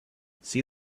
see